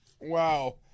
Wow